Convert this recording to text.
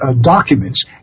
documents